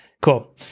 cool